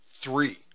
three